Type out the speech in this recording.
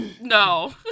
no